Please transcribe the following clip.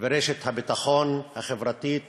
ורשת הביטחון החברתית